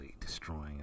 destroying